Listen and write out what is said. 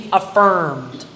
affirmed